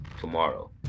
tomorrow